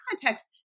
context